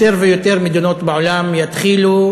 יותר ויותר מדינות בעולם יתחילו,